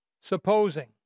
Supposing